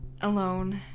alone